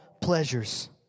pleasures